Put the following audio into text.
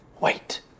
wait